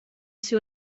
ser